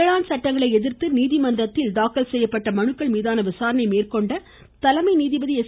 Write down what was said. வேளாண் சட்டங்களை எதிர்த்து நீதிமன்றத்தில் தாக்கல் செய்யப்பட்ட மனுக்கள்மீதான விசாரணையை மேற்கொண்ட தலைமை நீதிபதி எஸ்